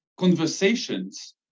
conversations